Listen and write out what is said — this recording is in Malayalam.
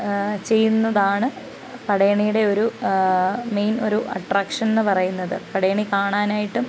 ചെയ്യുന്നതാണ് പടയണിയുടെ ഒരു മെയിൻ ഒരു അട്രാക്ഷൻന്ന് പറയുന്നത് പടയണി കാണാനായിട്ട്